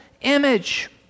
image